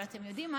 אבל אתם יודעים מה?